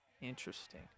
Interesting